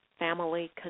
family